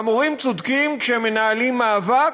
והמורים צודקים כשהם מנהלים מאבק,